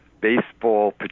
baseball